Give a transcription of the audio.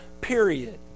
period